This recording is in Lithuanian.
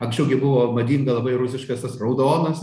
anksčiau gi buvo madinga labai rusiškas tas raudonas